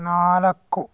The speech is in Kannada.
ನಾಲ್ಕು